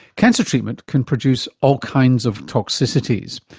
cancer treatment can produce all kinds of toxicities.